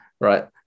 right